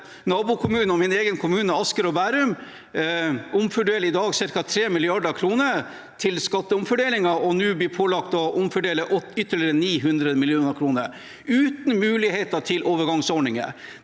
nabokommunen og min egen kommune, Asker og Bærum, omfordeler ca. 3 mrd. kr til skatteomfordelingen og nå blir pålagt å omfordele ytterligere 900 mill. kr, uten muligheter til overgangsordninger.